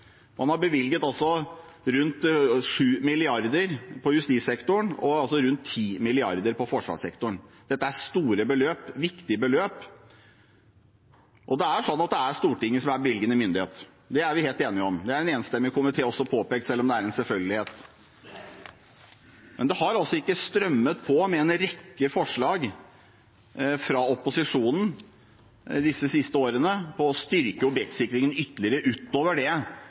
Man har bevilget rundt 7 mrd. kr til justissektoren og rundt 10 mrd. kr til forsvarssektoren. Dette er store beløp og viktige beløp, og det er Stortinget som er bevilgende myndighet. Det er vi helt enige om. Det har en enstemmig komité også påpekt, selv om det er en selvfølgelighet. Men det har altså ikke strømmet på med en rekke forslag fra opposisjonen disse siste årene for å styrke objektsikringen ytterligere utover det